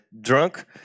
drunk